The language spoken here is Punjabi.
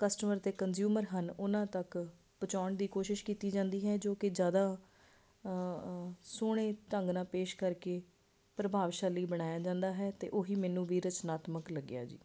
ਕਸਟਮਰ ਅਤੇ ਕੰਜਊਮਰ ਹਨ ਉਹਨਾਂ ਤੱਕ ਪਹੁੰਚਾਉਣ ਦੀ ਕੋਸ਼ਿਸ਼ ਕੀਤੀ ਜਾਂਦੀ ਹੈ ਜੋ ਕਿ ਜ਼ਿਆਦਾ ਸੋਹਣੇ ਢੰਗ ਨਾਲ ਪੇਸ਼ ਕਰਕੇ ਪ੍ਰਭਾਵਸ਼ਾਲੀ ਬਣਾਇਆ ਜਾਂਦਾ ਹੈ ਅਤੇ ਉਹੀ ਮੈਨੂੰ ਵੀ ਰਚਨਾਤਮਕ ਲੱਗਿਆ ਜੀ